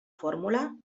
fórmula